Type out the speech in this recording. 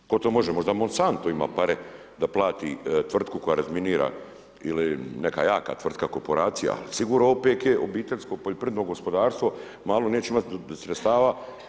Tko to može, možda on sam ima pare da plati tvrtku koja razminira ili neka jaka tvrtka korporacija, ali sigurno OPG obiteljsko poljoprivredno gospodarstvo malo neće imati sredstava.